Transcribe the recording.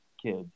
kids